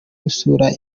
gusura